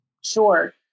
Sure